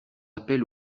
appel